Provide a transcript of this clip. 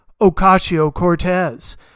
Ocasio-Cortez